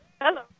Hello